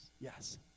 Yes